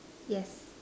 yes